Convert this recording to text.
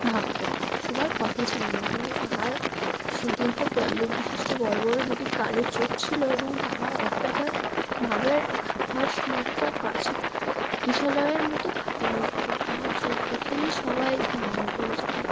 ভাবতো সুভার কথা ছিলো না কিন্তু তাহার সুদীর্ঘ পল্লব বিশিষ্ট বড়ো বড়ো দুটি কালো চোখ ছিলো এবং তাহার ওষ্ঠাধর ভাবের আভাস মাত্রা কচি কিশলয়ের মতো কাঁপিয়া উঠিত তাহার চোখ দেখেই সবাই মায়ায় পড়ে যেতো